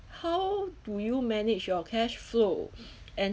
how do you manage your cash flow and